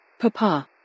Papa